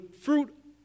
fruit